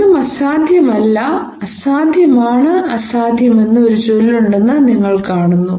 ഒന്നും അസാധ്യമല്ല അസാധ്യമാണ് അസാധ്യമെന്ന് ഒരു ചൊല്ലുണ്ടെന്ന് നിങ്ങൾ കാണുന്നു